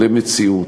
למציאות.